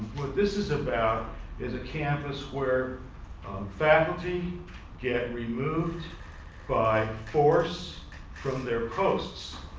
what this is about is a campus where faculty get removed by force from their posts.